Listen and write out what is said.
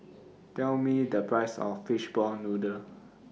Tell Me The Price of Fishball Noodle